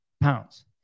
pounds